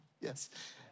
yes